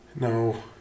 no